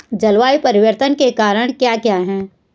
जलवायु परिवर्तन के कारण क्या क्या हैं?